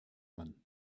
man